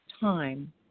time